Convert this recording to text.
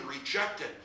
rejected